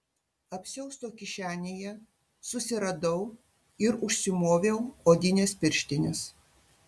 apsiausto kišenėje susiradau ir užsimoviau odines pirštines